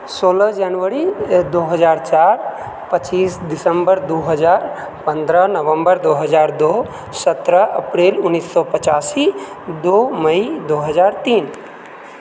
सोलह जनवरी दू हजार चारि पचीस दिसम्बर दू हजार पन्द्रह नवम्बर दू हजार दू सत्रह अप्रिल उन्नैस सए पचासी दू मइ दू हजार तीन